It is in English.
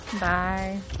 Bye